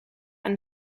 een